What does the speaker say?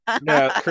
No